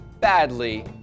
badly